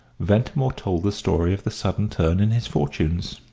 ventimore told the story of the sudden turn in his fortunes.